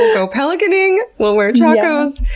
ah go pelicaning, we'll wear chacos.